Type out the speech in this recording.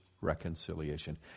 reconciliation